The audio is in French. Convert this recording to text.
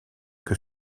que